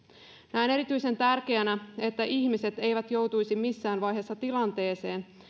näen erityisen tärkeänä sen että ihmiset eivät joutuisi missään vaiheessa tilanteeseen